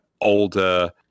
older